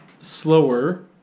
slower